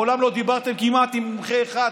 מעולם לא דיברתם כמעט עם מומחה אחד,